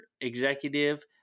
executive